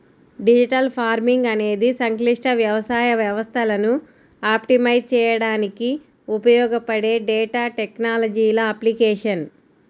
digital farming అనేది సంక్లిష్ట వ్యవసాయ వ్యవస్థలను ఆప్టిమైజ్ చేయడానికి ఉపయోగపడే డేటా టెక్నాలజీల అప్లికేషన్